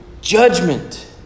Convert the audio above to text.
judgment